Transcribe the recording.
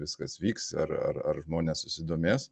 viskas vyks ar ar ar žmonės susidomės